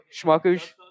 schmuckers